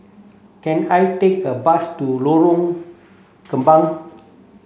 can I take a bus to Lorong Kembang